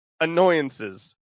annoyances